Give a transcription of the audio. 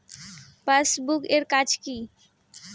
Passbook এর কাজ কি?